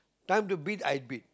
time to beat I beat